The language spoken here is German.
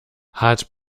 hat